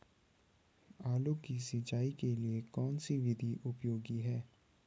आलू की सिंचाई के लिए कौन सी विधि उपयोगी है?